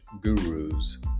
gurus